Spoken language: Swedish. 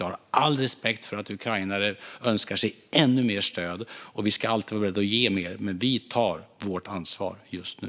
Jag har all respekt för att ukrainare önskar sig ännu mer stöd, och vi ska vara alltid vara beredda att ge mer, men vi tar vårt ansvar just nu.